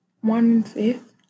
one-fifth